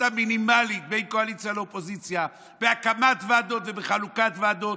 המינימלית בין קואליציה לאופוזיציה בהקמת ועדות ובחלוקת ועדות.